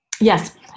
Yes